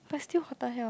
but still hotter here